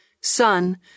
Son